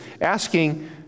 asking